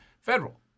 federal